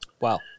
Wow